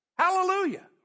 hallelujah